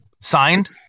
Signed